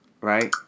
Right